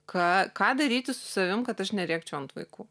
ką ką daryti su savim kad aš nerėkčiau ant vaikų